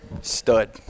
Stud